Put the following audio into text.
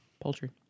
poultry